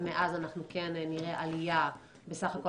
ומאז אנחנו כן נראה עלייה בסך הכול